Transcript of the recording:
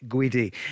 Guidi